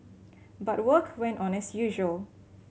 but work went on as usual